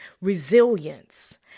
resilience